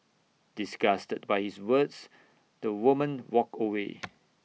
disgusted by his words the woman walked away